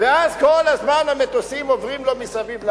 ואז כל הזמן המטוסים עוברים לו מסביב לראש.